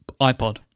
iPod